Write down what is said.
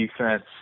defense